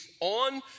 on